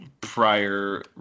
prior